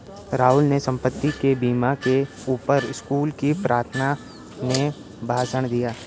राहुल ने संपत्ति के बीमा के ऊपर स्कूल की प्रार्थना में भाषण दिया